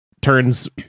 turns